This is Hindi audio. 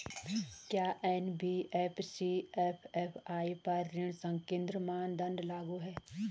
क्या एन.बी.एफ.सी एम.एफ.आई पर ऋण संकेन्द्रण मानदंड लागू हैं?